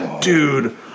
dude